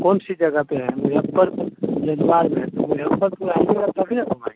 कौन सी जगह पे है मुज़फ़्फ़रपुर जन्मार्ग है तो मुज़फ़्फ़रपुर आइएगा तभी ना घुमाएँगे